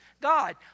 God